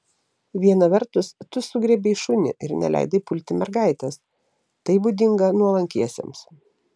viena vertus tu sugriebei šunį ir neleidai pulti mergaitės tai būdinga nuolankiesiems